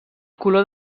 color